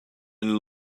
and